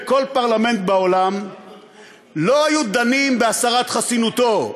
בכל פרלמנט בעולם לא היו דנים בהסרת חסינותו,